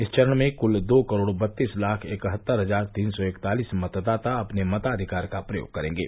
इस चरण में कुल दो करोड़ बत्तीस लाख इकहत्तर हजार तीन सौ इकतालिस मतदाता अपने मताधिकार का प्रयोग करेंगे